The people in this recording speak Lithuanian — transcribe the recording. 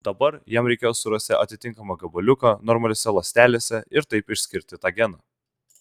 dabar jam reikėjo surasti atitinkamą gabaliuką normaliose ląstelėse ir taip išskirti tą geną